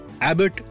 Abbott